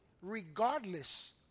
regardless